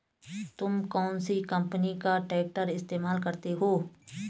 तुम कौनसी कंपनी का ट्रैक्टर इस्तेमाल करते हो?